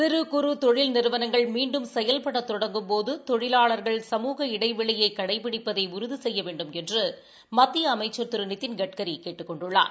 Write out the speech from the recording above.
சிறு குறு தொழில் நிறுவனங்கள் மீண்டும் செயல்பட தொடங்கும்போது தொழிலாளர்கள் சமூக இடைவெளியை கடைபிடிப்பதை உறுதி செய்ய வேண்டுமென்று மத்திய அமைச்சர் திரு நிதின் கட்கரி கேட்டுக் கொண்டுள்ளார்